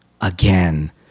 again